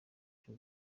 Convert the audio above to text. cy’u